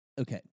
okay